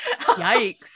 yikes